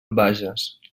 bages